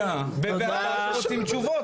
רוצים תשובות,